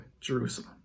Jerusalem